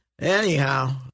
Anyhow